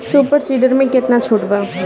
Super seeder मै कितना छुट बा?